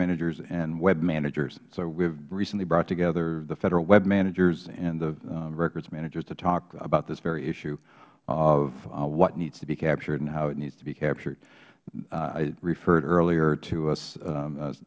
managers and web managers so we have recently brought together the federal web managers and the records managers to talk about this very issue of what needs to be captured and how it needs to be captured i referred earlier to